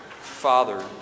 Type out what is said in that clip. Father